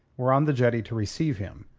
were on the jetty to receive him,